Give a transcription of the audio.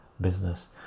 business